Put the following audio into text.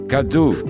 Cadu